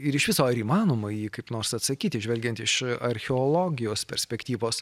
ir iš viso ar įmanoma į jį kaip nors atsakyti žvelgiant iš archeologijos perspektyvos